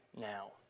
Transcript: now